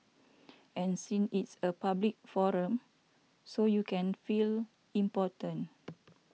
and since it's a public forum so you can feel important